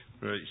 right